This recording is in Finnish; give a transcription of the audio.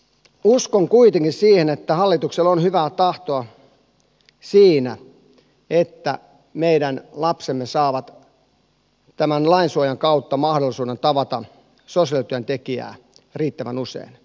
uskon kuitenkin siihen että hallituksella on hyvää tahtoa siinä että meidän lapsemme saavat tämän lainsuojan kautta mahdollisuuden tavata sosiaalityöntekijää riittävän usein